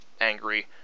angry